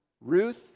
Ruth